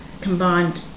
combined